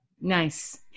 Nice